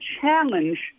challenge